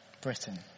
Britain